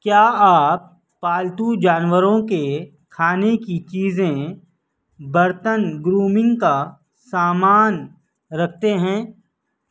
کیا آپ پالتو جانوروں کے کھانے کی چیزیں برتن گرومنگ کا سامان رکھتے ہیں